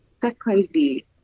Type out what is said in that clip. Secondly